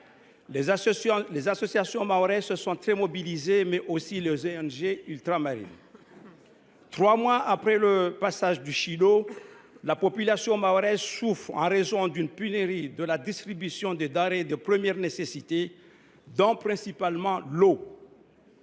Les associations mahoraises se sont fortement mobilisées, tout comme les ONG ultramarines. Trois mois après le passage de Chido, la population mahoraise souffre en raison d’une pénurie de distribution des denrées de première nécessité, principalement l’eau.